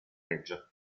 reggio